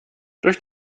durch